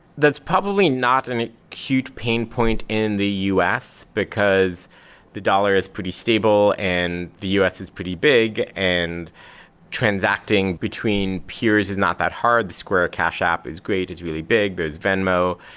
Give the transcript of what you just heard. that's probably not an acute pain point in the us, because the dollar is pretty stable and the us is pretty big. and transacting between peers is not that hard. the square cache app is great, it's really big. there's venmo.